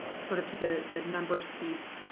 sort of to the the numbers piece.